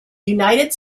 united